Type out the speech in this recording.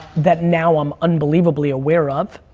that now i'm unbelievably aware of.